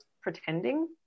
pretending